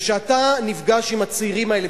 וכשאתה נפגש עם הצעירים האלה,